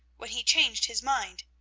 when he changed his mind.